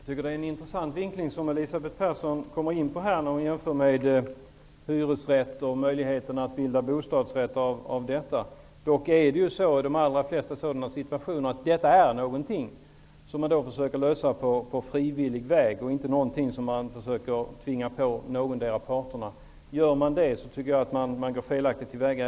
Herr talman! Jag tycker att det är en intressant vinkling Elisabeth Persson gör när hon jämför med hyresrätter och möjligheten att bilda bostadsrätt. I de allra flesta fall är det något som man försöker lösa på frivillig väg. Det är inte något som man försöker tvinga på någon av parterna. Om man gör så, tycker jag att man går felaktigt till väga.